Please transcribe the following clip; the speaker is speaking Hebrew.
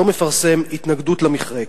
לא מפרסם התנגדות למכרה?